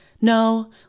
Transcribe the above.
no